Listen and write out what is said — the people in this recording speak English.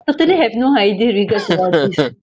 totally have no idea regards to all these